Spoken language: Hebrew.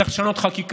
צריך לשנות חקיקה.